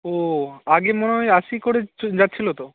ও আগে মনে হয় আশি করে যাচ্ছিল তো